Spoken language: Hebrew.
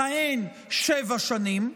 מכהן שבע שנים,